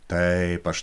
taip aš